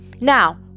Now